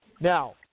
Now